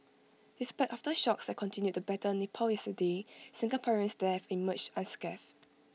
despite aftershocks that continued to batter Nepal yesterday Singaporeans there have emerged unscathed